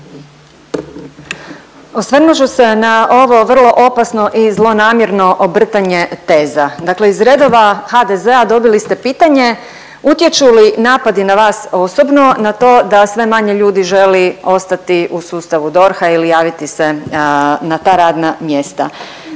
Osvrnut ću se na ovo vrlo opasno i zlonamjerno obrtanje teza. Dakle, iz redova HDZ-a dobili ste pitanje utječu li napadi na vas osobno na to da sve manje ljudi želi ostati u sustavu DORH-a ili javiti se na ta radna mjesta.